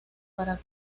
para